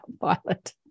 Violet